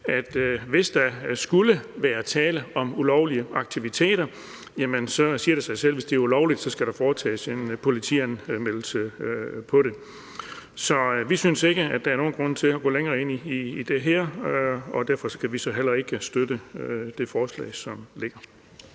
at hvis der skulle være tale om ulovlige aktiviteter, siger det sig selv, at hvis de er ulovlige, skal der foretages en politianmeldelse af det. Så vi synes ikke, at der er nogen grund til at gå længere ind i det her, og derfor kan vi så heller ikke støtte det forslag, som ligger.